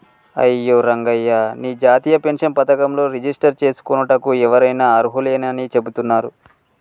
అయ్యో రంగయ్య నీ జాతీయ పెన్షన్ పథకంలో రిజిస్టర్ చేసుకోనుటకు ఎవరైనా అర్హులేనని చెబుతున్నారు